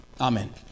Amen